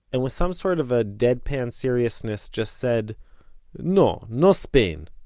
and with some sort of a deadpan seriousness just said no, no spain,